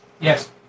Yes